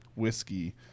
whiskey